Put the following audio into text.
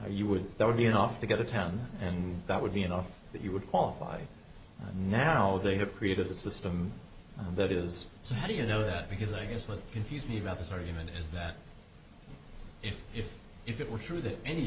you would that would be enough to get to town and that would be enough that you would qualify and now they have created the system that is so how do you know that because i guess what confused me about this argument is that if if if it were true that any